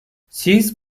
siz